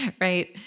right